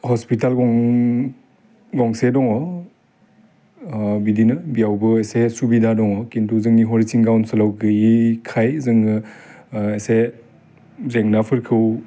hospital गं गंसे दङ बिदिनो बेयावबो एसे सुबिदा दङ खिन्थु जोंनि हरिसिंगा ओनसोलाव गोयिखाय जोङो एसे जेंनाफोरखौ